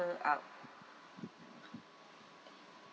out